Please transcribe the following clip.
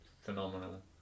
phenomenal